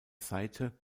saite